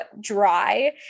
dry